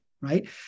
right